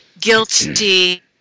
guilty